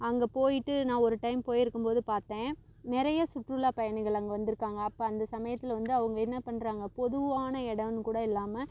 அங்கே போய்விட்டு நான் ஒரு டைம் போயி இருக்கும் போது பார்த்தேன் நிறையா சுற்றுலா பயணிகள் அங்கே வந்து இருக்காங்க அப்போ அந்த சமயத்தில் வந்து அவங்க என்ன பண்ணுறாங்க பொதுவான இடோன்னு கூட இல்லாம